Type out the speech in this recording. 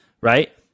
Right